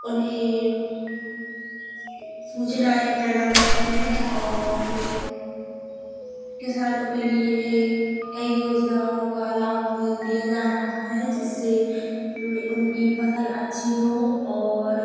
उन्हें सूचनाएँ प्रदान करती हैं और किसानों के लिए कई योजनाओं का लाभ दिया जा रहा है जिससे उनकी फसल अच्छी हो और